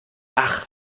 ach